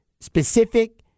specific